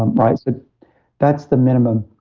um right? so that's the minimum.